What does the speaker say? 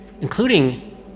including